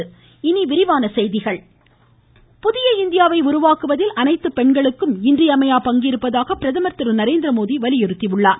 ஆவுஆவ பிரதமர் புதிய இந்தியாவை உருவாக்குவதில் அனைத்து பெண்களுக்கும் இன்றியமையா பங்கிருப்பதாக பிரதமர் திரு நரேந்திரமோடி வலியுறுத்தியுள்ளார்